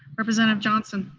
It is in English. representative johnson?